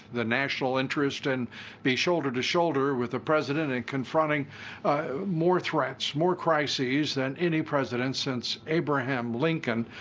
the national interest and be shoulder to shoulder with the president in confronting more threats, more crises than any president since abraham lincoln,